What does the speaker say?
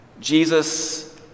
Jesus